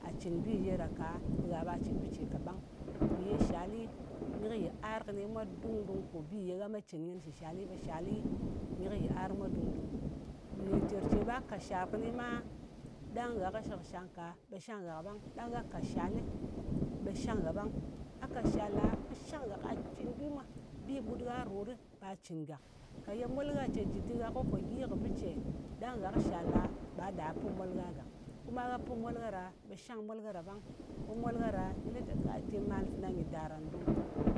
A cɨn bi ye ɗa ka, ɓe gha ɓa cɨn bɨ ce kaɓang. Mpi ye shali nyɨ kɨ yiar kɨni mwa dùng-dung, kò bi ye gha me cɨn kɨnɨ shɨ shali, ɓe shali nyɨ kɨ yiar mwa dung-dung. Ńɗin ter ce ɓe gha kàt shàl kɨni ma, ɗang gha kɨ shɨkshang ka, ɓe shang ngha ka ɓang. Ɗang gha kàt shali, ɓe shang gha ɓang. A ka shal ɗa ɓe shang gha ka cɨn bi mwa. Bi ɓut gha rot, ɓa cɨ̀n gàk. Ka yye mol gha ce jɨ dɨr gha ko po gyi kɨ bɨ cè, ɗang gha kɨ shal ɗa, ɓa ɗà pin mol gha gàk. Kuma gah pɨn mol gha ɗa, ɓe shang mol gha ɗa ɓang. Ko mol gha ɗa, nɨ lɨ te, te mal nyɨ daràn dung.